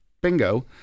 bingo